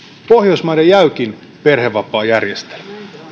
pohjoismaiden jäykin perhevapaajärjestelmä